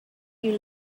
you